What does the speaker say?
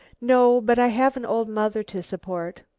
no, but i have an old mother to support.